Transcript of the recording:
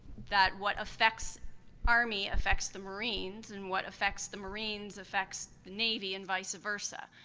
that what affects army affects the marines. and what affects the marines affects the navy and vice versa.